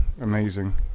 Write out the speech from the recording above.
amazing